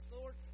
Lord